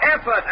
Effort